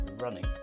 running